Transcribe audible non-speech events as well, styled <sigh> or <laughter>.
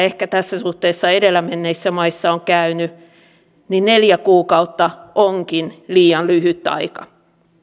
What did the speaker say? <unintelligible> ehkä tässä suhteessa edelle menneissä maissa on käynyt neljä kuukautta onkin liian lyhyt aika